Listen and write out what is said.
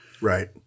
Right